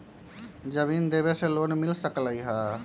जमीन देवे से लोन मिल सकलइ ह?